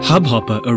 Hubhopper